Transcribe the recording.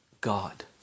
God